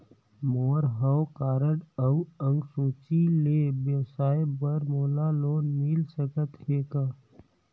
मोर हव कारड अउ अंक सूची ले व्यवसाय बर मोला लोन मिल सकत हे का?